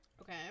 Okay